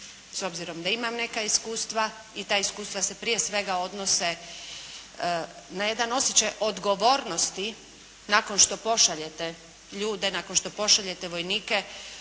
s obzirom da imam neka iskustva i ta iskustva se prije svega odnose na jedan osjećaj odgovornosti nakon što pošaljete ljude, nakon što pošaljete vojnike